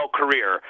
career